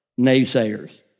naysayers